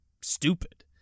stupid